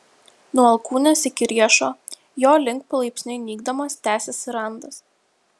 nuo alkūnės iki riešo jo link palaipsniui nykdamas tęsėsi randas